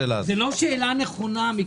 הצעת חוק שכמה חברי כנסת אנו מכינים.